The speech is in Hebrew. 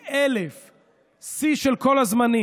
70,000. שיא של כל הזמנים.